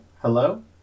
Hello